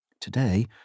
Today